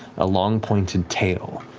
a long pointed tail,